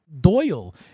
Doyle